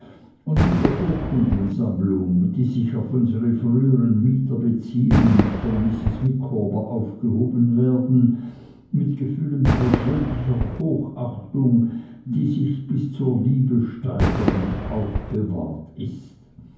und in der urkundensammlung die sich auf unsere früheren mieter beziehen und von mrs micawber aufgehoben werden mit gefühlen persönlicher hochachtung die sich bis zur liebe steigern aufbewahrt ist